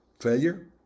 failure